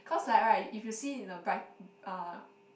cause like right if you see in a bright uh